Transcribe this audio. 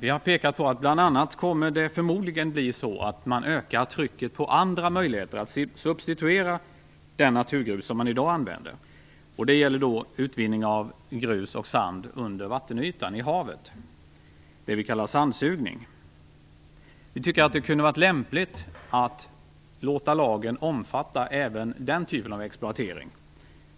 Vi har pekat på att detta förmodligen kommer att öka trycket på att hitta möjligheter att substituera naturgruset. Det gäller utvinning av grus och sand under vattenytan, i havet, det vi kallar sandsugning. Vi tycker att det kunde ha varit lämpligt att låta lagen omfatta även denna typ av exploatering.